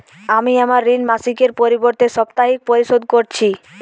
আমি আমার ঋণ মাসিকের পরিবর্তে সাপ্তাহিক পরিশোধ করছি